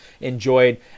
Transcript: enjoyed